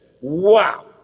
wow